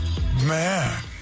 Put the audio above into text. Man